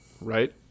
right